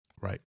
Right